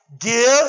give